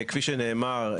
כפי שנאמר,